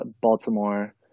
Baltimore